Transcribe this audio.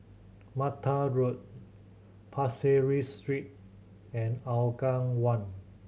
Mattar Road Pasir Ris Street and Aougang One